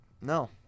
No